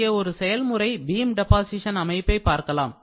இங்கே ஒரு செயல்முறை பீம் டெபாசீஷன் அமைப்பை பார்க்கலாம்